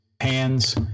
hands